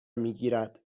میگیرد